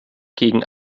gegen